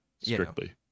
strictly